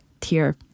tier